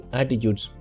attitudes